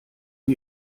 wie